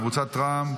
קבוצת סיעת רע"מ,